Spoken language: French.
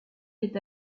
est